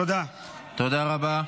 תודה רבה.